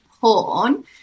porn